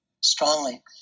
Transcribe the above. strongly